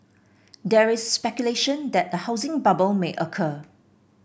there is speculation that a housing bubble may occur